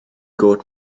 gôt